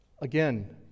Again